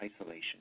isolation